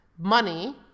money